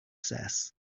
says